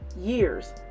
years